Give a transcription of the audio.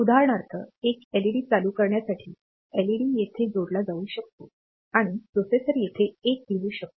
उदाहरणार्थएक LED चालू करण्यासाठी LED तेथे जोडला जाऊ शकतो आणि प्रोसेसर येथे 1 लिहू शकतो